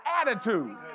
attitude